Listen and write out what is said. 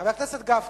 חבר הכנסת גפני,